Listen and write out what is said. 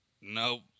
Nope